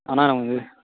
ஆனால் உங்கள்